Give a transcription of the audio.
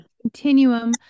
continuum